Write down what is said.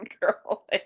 girl